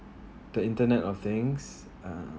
the internet of things and